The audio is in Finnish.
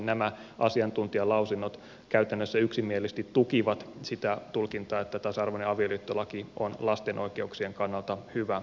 nämä asiantuntijalausunnot käytännössä yksimielisesti tukivat sitä tulkintaa että tasa arvoinen avioliittolaki on lasten oikeuksien kannalta hyvä ratkaisu